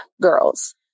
girls